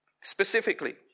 Specifically